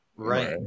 Right